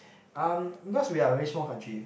um because we are a very small country